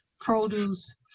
produce